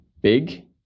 big